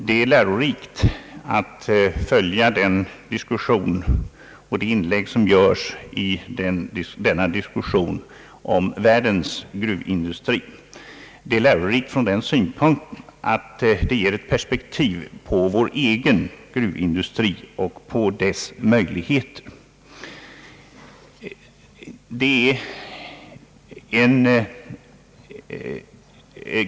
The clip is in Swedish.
Det är lärorikt att följa den diskussion som där förs om världens gruvindustri — lärorikt ur den synpunkten att det ger ett perspektiv på vår egen gruvindustri och dess möjligheter.